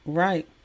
right